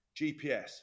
GPS